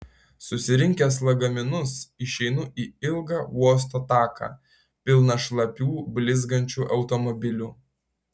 susirinkęs lagaminus išeinu į ilgą uosto taką pilną šlapių blizgančių automobilių